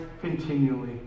continually